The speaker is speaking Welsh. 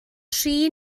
tri